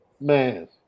man